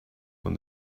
when